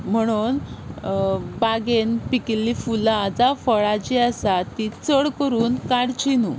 म्हणून बागेंत पिकिल्लीं फुलां जावं फळां जीं आसात तीं चड करून काडचीं न्हू